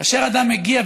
כאשר אדם מגיע,